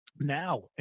now